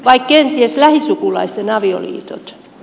vai kenties lähisukulaisten avioliitot